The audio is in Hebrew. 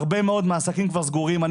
הרבה מאוד עסקים כבר סגורים.